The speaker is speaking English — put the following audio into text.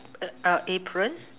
uh ah apron